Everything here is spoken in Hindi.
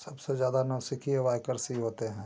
सबसे ज़्यादा नौसिखिए वाइकर्स ही होते हैं